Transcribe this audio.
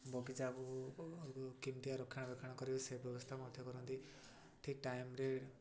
ବଗିଚାକୁ କେମିତିଆ ରକ୍ଷଣାବେକ୍ଷଣ କରିବେ ସେ ବ୍ୟବସ୍ଥା ମଧ୍ୟ କରନ୍ତି ଠିକ ଟାଇମରେ